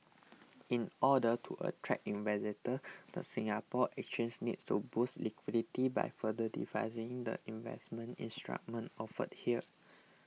in order to attract investors the Singapore Exchange needs to boost liquidity by further diversifying the investment instruments offered here